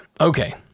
Okay